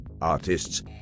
artists